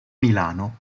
milano